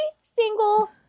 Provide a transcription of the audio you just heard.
single